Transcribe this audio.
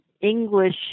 English